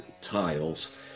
tiles